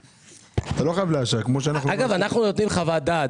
אתה לא חייב לאשר -- אגב אנחנו נותנים חוות דעת,